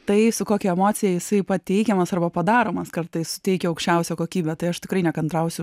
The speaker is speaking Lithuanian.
tai su kokia emocija jisai pateikiamas arba padaromas kartais suteikia aukščiausią kokybę tai aš tikrai nekantrausiu